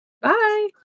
Bye